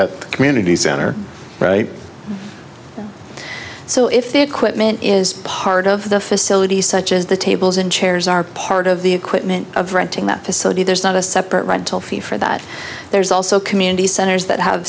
that community center right so if the equipment is part of the facilities such as the tables and chairs are part of the equipment of renting that facility there's not a separate rental fee for that there's also community centers that have